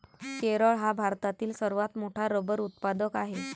केरळ हा भारतातील सर्वात मोठा रबर उत्पादक आहे